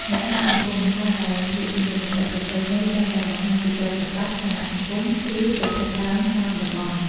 នៅក្នុងសង្គម ការដែលស្លៀកសម្លៀកបំពាក់ប្រពៃណីតែងតែបង្ហាញពីទ្រព្យសម្បត្តិ ឋានៈសង្គម ឬប្រភពដើមតាមតំបន់។